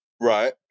Right